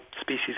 species